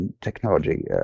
technology